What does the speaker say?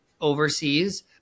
overseas